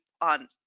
on